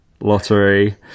lottery